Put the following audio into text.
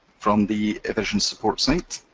from the evisions support site,